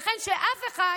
לכן, שאף אחד